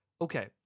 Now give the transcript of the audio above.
okay